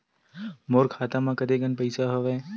मोर खाता म कतेकन पईसा हवय?